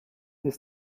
des